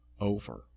over